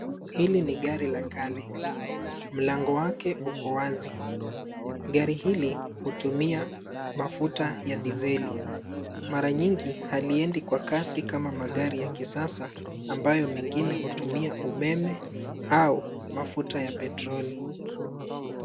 Hili ni gari la kale, mlango wake uko wazi. Gari hili hutumia mafuta ya diseli, mara nyingi haliendi kwa kasi kama magari ya kisasa ambayo mengine hutumia umeme au mafuta ya petroli.